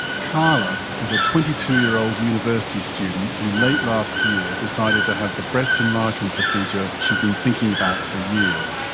carla is a twenty two year old university student who late last year decided to have the breast enlargement procedure she'd been thinking about for years.